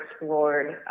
explored